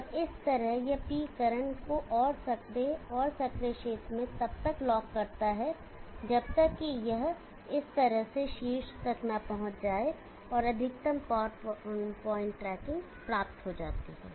और इस तरह यह P करंट को संकरे और संकरे क्षेत्र में तब तक लॉक करता है जब तक कि यह इस तरह से शीर्ष तक न पहुंच जाए कि अधिकतम पावर प्वाइंट ट्रैकिंग प्राप्त हो जाती है